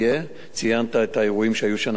ציינת את האירועים שהיו בשנה שעברה,